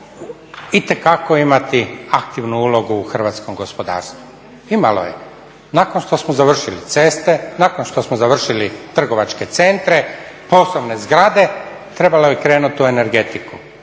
itekako imati aktivnu ulogu u hrvatskom gospodarstvu. Imalo je, nakon što smo završili ceste, nakon što smo završili trgovačke centre, poslovne zgrade trebalo je krenuti u energetiku,